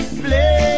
play